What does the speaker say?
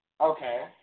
Okay